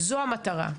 זו המטרה.